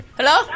Hello